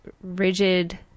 rigid